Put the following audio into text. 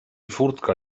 furtka